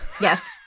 yes